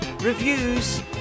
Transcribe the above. reviews